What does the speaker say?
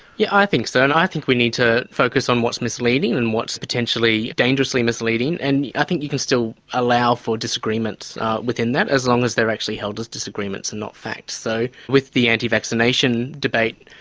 yeah, i think so. and i think we need to focus on what's misleading and what's potentially dangerously misleading. and i think you can still allow for disagreements within that as long as they're actually held as disagreements and not facts. so with the anti-vaccination debate,